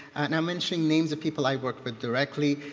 i'm mentioning names of people i worked with directly.